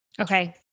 Okay